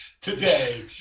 today